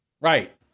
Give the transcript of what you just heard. Right